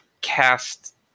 cast